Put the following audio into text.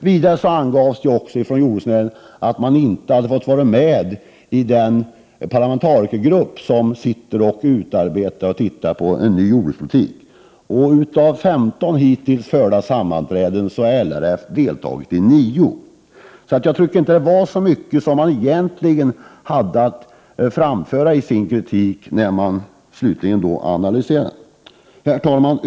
Vidare uppgavs från jordbruksnäringen att dess representanter inte fått vara med i den parlamentarikergrupp som utarbetar en ny jordbrukspolitik. Av de hittills 15 sammanträden som hållits har LRF:s representant deltagit i 9. Den kritik som framfördes visade sig alltså inte innehålla särskilt mycket när man på detta sätt analyserar den. Herr talman!